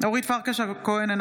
אורית פרקש הכהן,